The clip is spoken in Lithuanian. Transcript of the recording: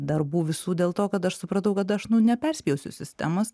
darbų visų dėl to kad aš supratau kad aš nu neperspjausiu sistemos